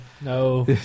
no